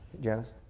Janice